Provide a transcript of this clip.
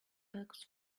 bags